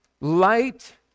light